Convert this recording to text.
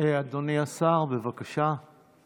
אדוני השר, בבקשה.